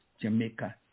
Jamaica